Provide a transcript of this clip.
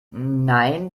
nein